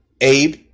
Abe